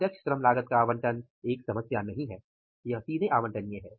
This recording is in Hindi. प्रत्यक्ष श्रम लागत का आवंटन एक समस्या नहीं है यह सीधे आवंटनीय है